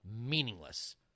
meaningless